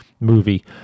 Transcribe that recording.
movie